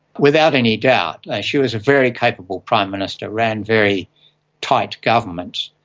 without any doubt she was a very capable prime minister, ran very tight government,